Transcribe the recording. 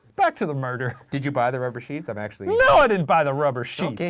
back to the murder. did you buy the rubber sheets? i'm actually no, i didn't buy the rubber sheets! okay,